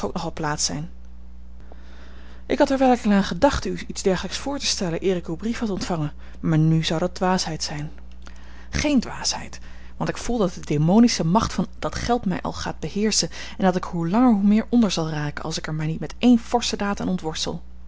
plaats zijn ik had er werkelijk aan gedacht u iets dergelijks voor te stellen eer ik uw brief had ontvangen maar nù zou dat dwaasheid zijn geene dwaasheid want ik voel dat de demonische macht van dat geld mij al gaat beheerschen en dat ik er hoe langer hoe meer onder zal raken als ik er mij niet met één forsche daad aan ontworstel